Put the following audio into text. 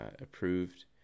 approved